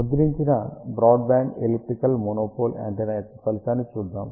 ముద్రించిన broadband elliptical monopole antenna యొక్క ఫలితాన్ని చూద్దాం